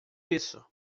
isso